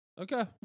Okay